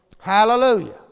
Hallelujah